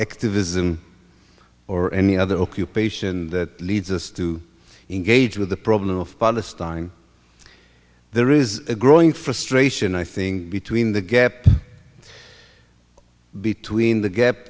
activism or any other occupation that leads us to engage with the problem of palestine there is a growing frustration i think between the gap between the gap